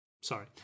Sorry